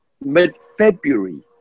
mid-February